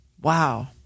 Wow